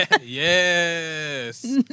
yes